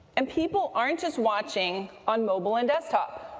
and people aren't just watching on mobile and desktop.